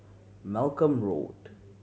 Malcolm Road